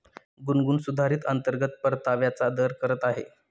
गुनगुन सुधारित अंतर्गत परताव्याचा दर करत आहे